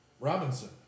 Robinson